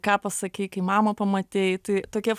ką pasakei kai mamą pamatei tai tokie